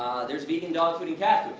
there's vegan dog food and cat